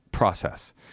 process